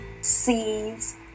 seeds